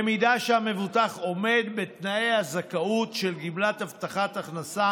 אם המבוטח עומד בתנאי הזכאות של גמלת הבטחת הכנסה